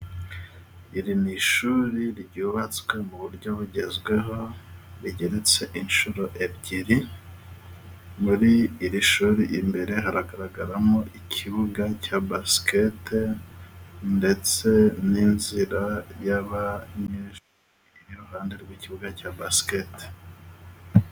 Iri ni ishuri ryubatswe mu buryo bugezweho. Rigeretse inshuro ebyiri. Muri iri shuri imbere haragaragaramo ikibuga cya basikete, ndetse n'inzira y'abanyeshuri iri iruhande rw'ikibuga cya basikete.